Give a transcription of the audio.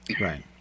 Right